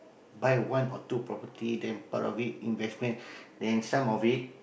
buy one or two property then part of it investment then some of it